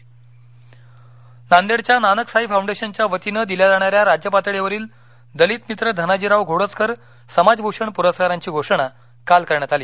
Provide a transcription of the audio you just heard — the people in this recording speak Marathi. पुरस्कार नांदेड नांदेडच्या नानक साई फाउंडेशनच्या वतीनं दिल्या जाणाऱ्या राज्य पातळीवरील दलितमित्र धनाजीराव घोडजकर समाजभूषण पुरस्कारांची घोषणा काल करण्यात आली